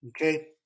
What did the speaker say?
Okay